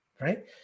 Right